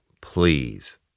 please